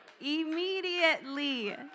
Immediately